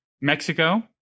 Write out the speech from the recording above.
Mexico